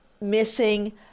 missing